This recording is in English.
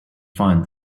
find